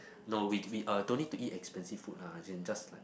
no we we uh don't need to eat expensive food lah as in just like